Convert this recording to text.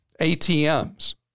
ATMs